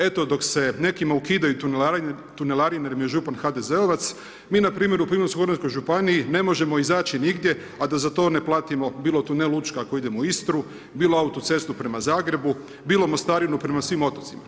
Eto dok se nekima ukidaju tunelarine jer im je župan HDZ-ovac, mi na primjer u Primorsko-goranskoj županiji ne možemo izaći nigdje a da za to ne platimo bilo tunel Učka ako idemo u Istru, bilo autocestu prema Zagrebu, bilo mostarinu prema svim otocima.